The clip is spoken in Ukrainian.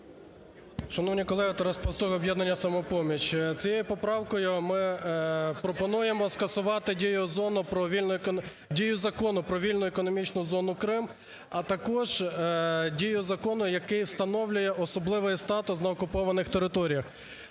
Шановні колеги! Тарас Пастух, "Об'єднання "Самопоміч". Цією поправкою ми пропонуємо скасувати дію Закону про вільну економічну зону "Крим", а також дію закону, який встановлює особливий статус на окупованих територіях.